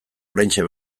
oraintxe